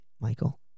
Michael